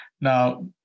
Now